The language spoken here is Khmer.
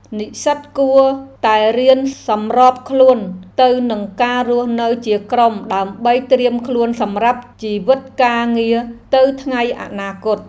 និស្សិតគួរតែរៀនសម្របខ្លួនទៅនឹងការរស់នៅជាក្រុមដើម្បីត្រៀមខ្លួនសម្រាប់ជីវិតការងារទៅថ្ងៃអនាគត។